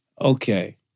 Okay